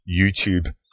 YouTube